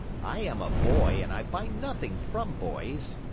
i am a boy and i buy nothing from boys,